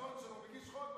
הוא מגיש חוק,